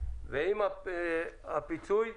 ועם הפיצוי,